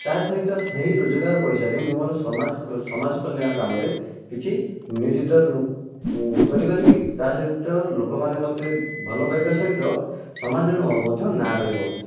ତା' ସହିତ ସେହି ରୋଜଗାର ପଇସାରେ ମୁଁ ମୋର ସମାଜ ସମାଜ କଲ୍ୟାଣ କାମରେ କିଛି ନିୟୋଜିତ କରିପାରିବି ତା' ସହିତ ଲୋକମାନେ ମୋତେ ଭଲପାଇବା ସହିତ ସମାଜରେ ମୋର ମଧ୍ୟ ନାଁ ରହିବ